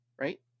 right